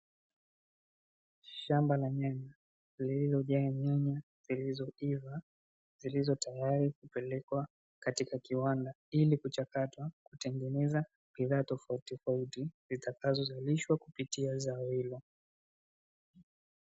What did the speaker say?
Shamba la nyanya lililojaa nyanya zilizoiva, zilizo tayari kupelekwa katika kiwanda, ili kuchakatwa kutengeneza bidhaa tofauti tofauti, zitakazo zalishwa kupitia zao hilo.